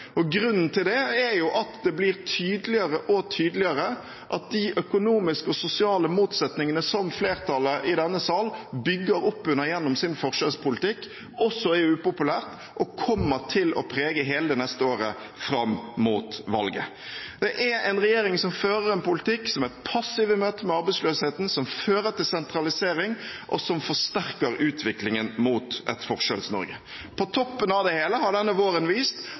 defensiven. Grunnen til det er jo at det blir tydeligere og tydeligere at de økonomiske og sosiale motsetningene som flertallet i denne sal bygger opp under gjennom sin forskjellspolitikk, også er upopulære og kommer til å prege hele det neste året fram mot valget. Det er en regjering som fører en politikk som er passiv i møte med arbeidsløsheten, som fører til sentralisering, og som forsterker utviklingen mot et Forskjells-Norge. På toppen av det hele har denne våren vist